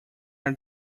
are